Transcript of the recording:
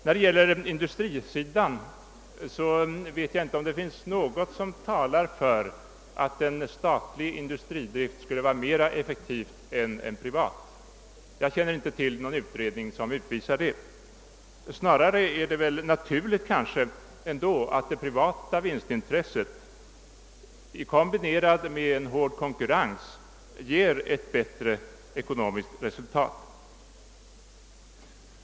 När det gäller industrisidan vet jag inte om det finns något som talar för att en statlig industridrift skulle vara mer effektiv än en privat; jag känner inte till någon utredning som visar det. Snarare är det väl naturligt att det privata vinstintresset, kombinerat med en hård konkurrens, ger ett bättre ekonomiskt resultat.